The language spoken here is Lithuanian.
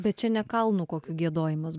bet čia ne kalnų kokių giedojimas